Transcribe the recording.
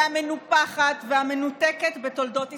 המנופחת והמנותקת בתולדות ישראל.